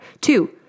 Two